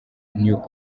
new